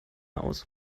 aus